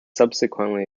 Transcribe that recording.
subsequently